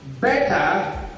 better